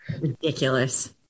Ridiculous